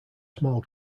smaller